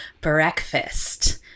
breakfast